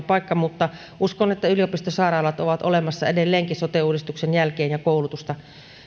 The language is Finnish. paikka mutta uskon että yliopistosairaalat ovat olemassa edelleenkin sote uudistuksen jälkeen ja koulutusta